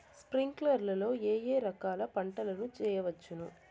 స్ప్రింక్లర్లు లో ఏ ఏ రకాల పంటల ను చేయవచ్చును?